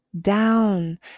down